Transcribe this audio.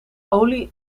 olie